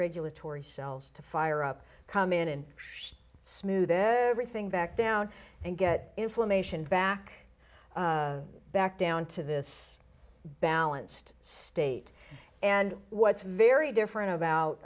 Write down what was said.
regulatory cells to fire up come in and smooth everything back down and get inflammation back back down to this balanced state and what's very different about